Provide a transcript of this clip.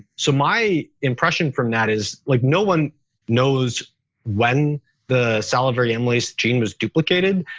so my impression from that is like no one knows when the salivary amylase gene was duplicated,